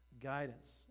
guidance